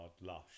lush